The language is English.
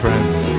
Friends